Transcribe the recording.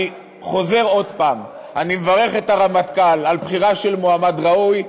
אני חוזר עוד פעם: אני מברך את הרמטכ"ל על בחירה של מועמד ראוי.